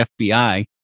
FBI